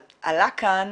אבל עלה כאן